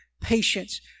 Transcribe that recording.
patience